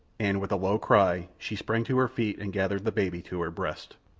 and with a low cry she sprang to her feet and gathered the baby to her breast.